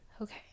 Okay